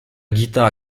guitare